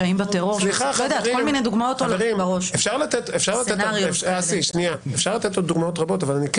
אפשר לתת עוד דוגמאות רבות, אבל אני כן